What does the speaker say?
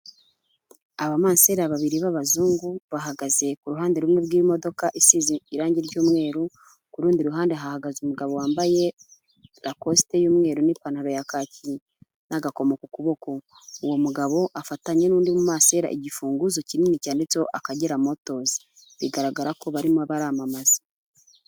Abamanseri babiri b'abazungu bahagaze ku ruhande rumwe rw'imodoka isize irangi ry'umweru, ku rundi ruhande hahagaze umugabo wambaye rakosite y'umweru n'ipantaro ya kaki n'agakomo ku kuboko, uwo mugabo afatanye n'undi mu mansera igifunguzo kinini cyanditseho Akagera motozi, bigaragara ko barimo baramamaza.